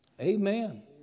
Amen